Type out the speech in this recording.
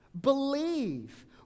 Believe